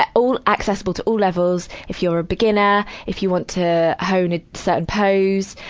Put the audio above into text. ah all accessible to all levels, if you're a beginner, if you want to hone a certain pose,